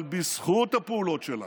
אבל בזכות הפעולות שלנו,